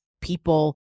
people